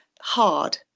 hard